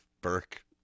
Burke